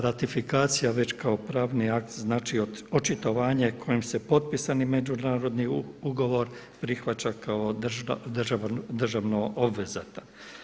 Ratifikacija već kao pravni akt znači očitovanje kojim se potpisani međunarodni ugovor prihvaća kao državno obvezatan.